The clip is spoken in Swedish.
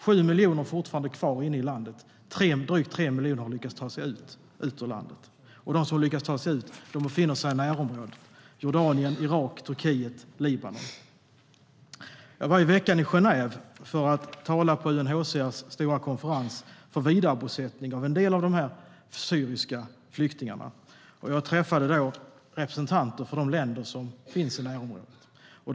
Sju miljoner finns fortfarande kvar i landet, och drygt tre miljoner har lyckats ta sig ut ur landet. De som har lyckats ta sig ut befinner sig i närområdet, det vill säga Jordanien, Irak, Turkiet och Libanon.Jag var i veckan i Genève för att tala på UNHCR:s stora konferens för vidarebosättning av en del av de syriska flyktingarna. Jag träffade då representanter för de länder som finns i närområdet.